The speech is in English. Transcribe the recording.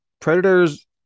predators